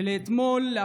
שאתמול,